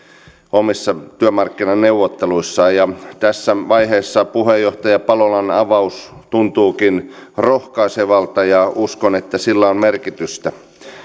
omissa työmarkkinaneuvotteluissaan tässä vaiheessa puheenjohtaja palolan avaus tuntuukin rohkaisevalta ja uskon että sillä on merkitystä